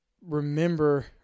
remember